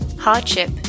hardship